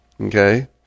okay